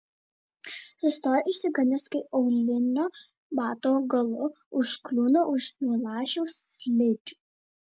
sustoja išsigandęs kai aulinio bato galu užkliūna už milašiaus slidžių